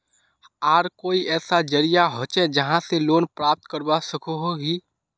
आर कोई ऐसा जरिया होचे जहा से लोन प्राप्त करवा सकोहो ही?